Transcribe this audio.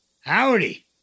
Howdy